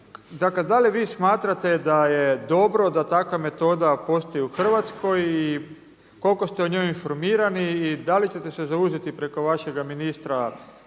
Dakle, da li vi smatrate da je dobro da takva metoda postoji u Hrvatskoj i koliko ste o njoj informirani i da li ćete se zauzeti preko vašega ministra